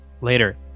Later